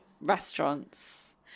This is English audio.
restaurants